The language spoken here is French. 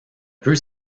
peut